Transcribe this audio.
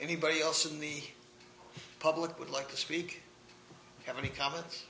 anybody else in the public would like to speak to have any comments